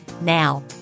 Now